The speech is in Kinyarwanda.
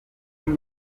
kumi